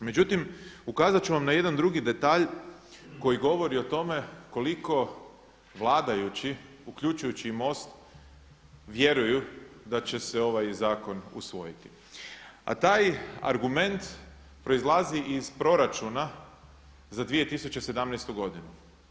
Međutim, ukazat ću vam na jedan drugi detalj koji govori o tome koliko vladajući uključujući i MOST vjeruju da će se ovaj zakon usvojiti a taj argument proizlazi iz proračuna za 2017. godinu.